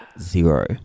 Zero